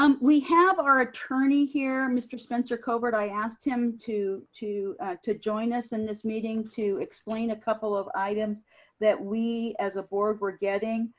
um we have our attorney here, mr. spencer covert. i asked him to to join us in this meeting to explain a couple of items that we as a board we're getting.